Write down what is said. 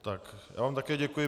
Já vám také děkuji.